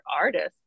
artists